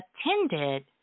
attended